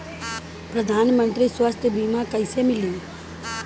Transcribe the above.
प्रधानमंत्री स्वास्थ्य बीमा कइसे मिली?